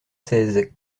seize